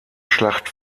schlacht